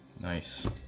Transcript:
Nice